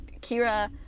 Kira